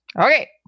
Okay